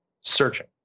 Searching